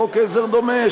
חוק עזר דומה,